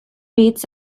meets